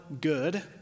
good